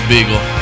Beagle